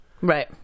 Right